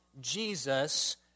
Jesus